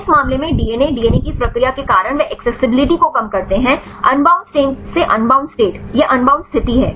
इस मामले में डीएनए डीएनए की इस प्रक्रिया के कारण वे एक्सेसिबिलिटी को कम करते है अनबाउंड स्टेट से अनबाउंड स्टेट यह अनबाउंड स्थिति है